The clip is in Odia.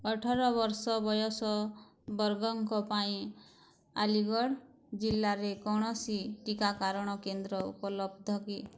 ଅଠର ବର୍ଷ ବୟସ ବର୍ଗଙ୍କ ପାଇଁ ଆଲିଗଡ଼୍ ଜିଲ୍ଲାରେ କୌଣସି ଟିକାକରଣ କେନ୍ଦ୍ର ଉପଲବ୍ଧ କି